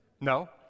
No